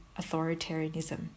authoritarianism